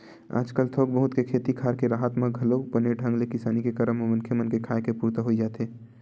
आजकल थोक बहुत के खेती खार के राहत म घलोक बने ढंग ले किसानी के करब म मनखे मन के खाय के पुरता होई जाथे